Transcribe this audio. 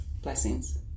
Blessings